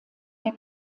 der